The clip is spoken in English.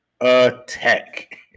attack